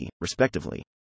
respectively